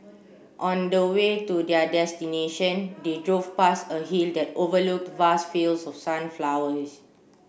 on the way to their destination they drove past a hill that overlook vast fields of sunflowers